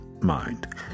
mind